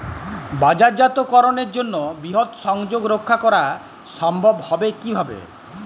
বাজারজাতকরণের জন্য বৃহৎ সংযোগ রক্ষা করা সম্ভব হবে কিভাবে?